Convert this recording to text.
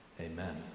Amen